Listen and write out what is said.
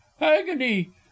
Agony